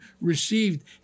received